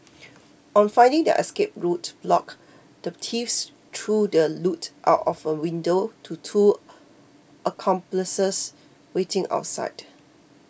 on finding their escape route blocked the thieves threw the loot out of a window to two accomplices waiting outside